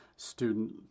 student